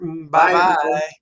Bye-bye